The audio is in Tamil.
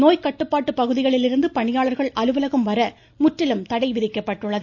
நோய்க் கட்டுப்பாட்டு பகுதிகளிலிருந்து பணியாளர்கள் அலுவலகம் வர முற்றிலும் தடை விதிக்கப்பட்டுள்ளது